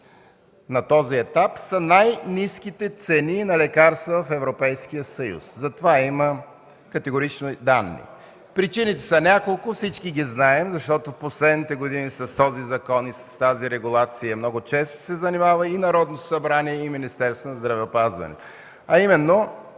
на този етап са най-ниските цени на лекарства в Европейския съюз – за това има категорични данни. Причините са няколко – всички ги знаем – последните години с този закон и с тази регулация много често се занимаваше и Народното събрание, и Министерството на здравеопазването, а именно